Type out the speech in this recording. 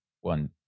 one